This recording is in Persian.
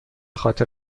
خاطر